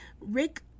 Rick